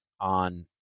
on